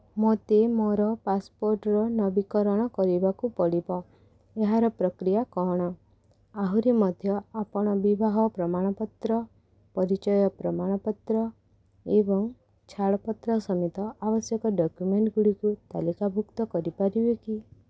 ମୋତେ ମୋର ପାସପୋର୍ଟ୍ର ନବୀକରଣ କରିବାକୁ ପଡ଼ିବ ଏହାର ପ୍ରକ୍ରିୟା କ'ଣ ଆହୁରି ମଧ୍ୟ ଆପଣ ବିବାହ ପ୍ରମାଣପତ୍ର ପରିଚୟ ପ୍ରମାଣପତ୍ର ଏବଂ ଛାଡ଼ପତ୍ର ସମେତ ଆବଶ୍ୟକ ଡକ୍ୟୁମେଣ୍ଟ୍ଗୁଡ଼ିକୁ ତାଲିକାଭୁକ୍ତ କରିପାରିବେ କି